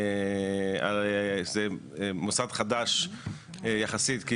שזה כלי חדש שנכנס לחוק במסגרת תיקון --- רוסלאן,